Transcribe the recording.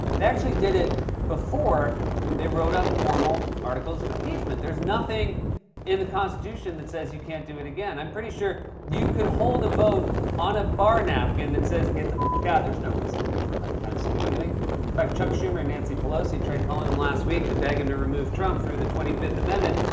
they actually did it before they wrote up formal articles of impeachment. there's nothing in the constitution that says you can't do it again. i'm pretty sure you could hold a vote on a bar napkin that says, get the out. yeah there's no reason to wait for mike pence to do anything in fact, chuck schumer and nancy pelosi tried calling him last week to beg him to remove trump through the twenty fifth amendment,